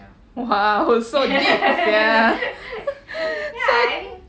!wow! so deep sia